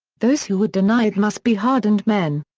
those who would deny it must be hardened men.